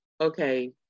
Okay